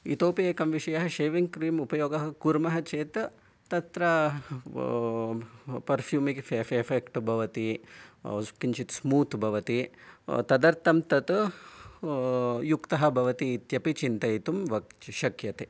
इतोपि एकः विषयः षेविङ् क्रीम् उपयोगः कुर्मः चेत् तत्र पेर्फ़्यूमिक् फेक्ट् भवति किञ्चित् स्मूत् भवति तदर्थं तत् युक्तः भवति इत्यपि चिन्तयितुं वक् शक्यते